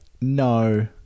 no